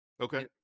okay